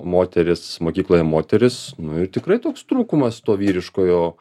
moterys mokykloje moterys nu ir tikrai toks trūkumas to vyriškojo